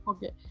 Okay